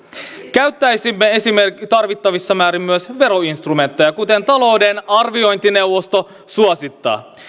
käyttäisimme tarvittavissa määrin myös veroinstrumentteja kuten talouden arviointineuvosto suosittaa